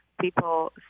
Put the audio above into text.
people